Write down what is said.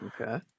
Okay